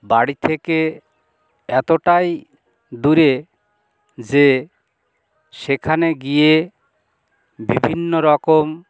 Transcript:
বাড়ি থেকে এতটাই দূরে যে সেখানে গিয়ে বিভিন্ন রকম